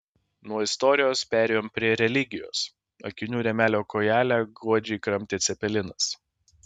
nuo istorijos perėjom prie religijos akinių rėmelio kojelę godžiai kramtė cepelinas